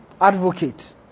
advocate